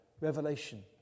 revelation